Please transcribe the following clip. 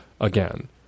again